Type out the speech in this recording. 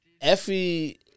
Effie